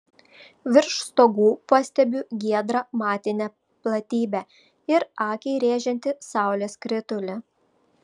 virš stogų pastebiu giedrą matinę platybę ir akį rėžiantį saulės skritulį